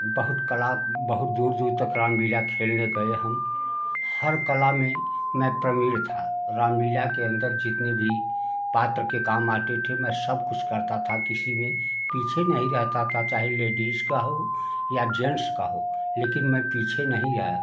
बहुत कला बहुत दूर तक रामलीला खेलने गए हम हर कला में मैं प्रवीण था रामलीला के अन्दर जितने भी पात्र के काम आते थे मैं सब कुछ करता था किसी में पीछे नहीं रहता था चाहे लेडिस का हो या जेंट्स का हो लेकिन मैं पीछे नहीं आया